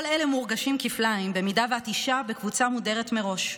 מורגשים כפליים אם את אישה בקבוצה מודרת מראש: